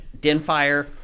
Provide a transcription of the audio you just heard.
Denfire